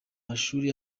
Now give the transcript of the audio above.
mashuri